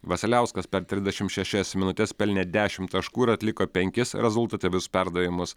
vasiliauskas per trisdešimt šešias minutes pelnė dešimt taškų ir atliko penkis rezultatyvius perdavimus